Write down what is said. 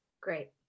Great